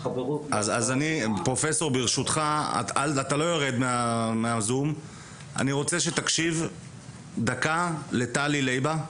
פרופסור, ברשותך, אני רוצה שתקשיב דקה לטלי לייבה.